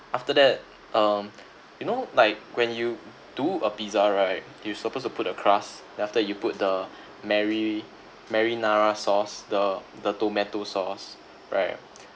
after that um you know like when you do a pizza right you supposed to put a crust then after you put the mari~ marinara sauce the the tomato sauce right